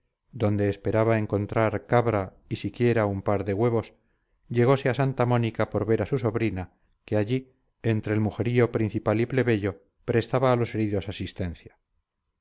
donde esperaba encontrar cabra y siquiera un par de huevos llegose a santa mónica por ver a su sobrina que allí entre el mujerío principal y plebeyo prestaba a los heridos asistencia